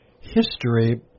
history